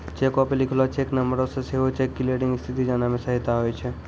चेको पे लिखलो चेक नंबरो से सेहो चेक क्लियरिंग स्थिति जाने मे सहायता होय छै